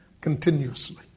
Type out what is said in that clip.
continuously